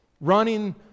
running